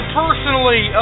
personally